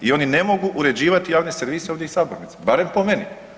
I oni ne mogu uređivati javne servise ovdje iz sabornice barem po meni.